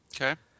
Okay